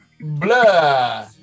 Blah